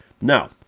Now